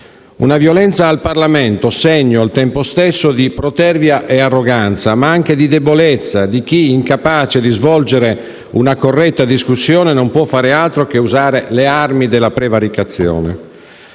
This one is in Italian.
Una violenza al Parlamento segno, al tempo stesso, di protervia e arroganza, ma anche di debolezza di chi incapace di svolgere una corretta discussione non può fare altro che usare le armi della prevaricazione.